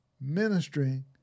ministering